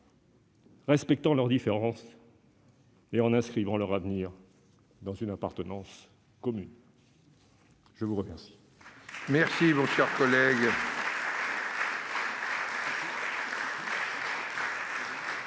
respectant leurs différences et en inscrivant leur avenir dans une appartenance commune. La parole